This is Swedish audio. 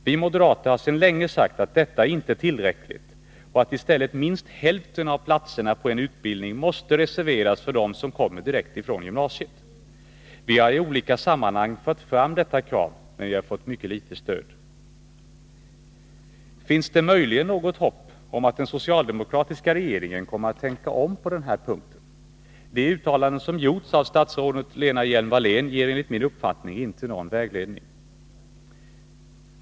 Vi moderater har sedan länge sagt att detta inte är tillräckligt och att i stället minst hälften av platserna på en utbildning måste reserveras för dem som kommer direkt från gymnasiet. Vi har i olika sammanhang fört fram detta krav, men vi har fått mycket litet stöd. Finns det möjligen något hopp om att den socialdemokratiska regeringen kommer att tänka om på den här punkten? De uttalanden som gjorts av statsrådet Lena Hjelm-Wallén ger enligt min uppfattning inte någon vägledning.